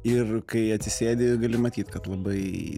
ir kai atsisėdi gali matyt kad labai